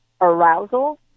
arousal